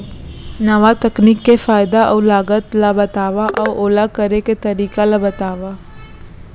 नवा तकनीक के फायदा अऊ लागत ला बतावव अऊ ओला करे के तरीका ला बतावव?